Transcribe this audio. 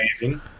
amazing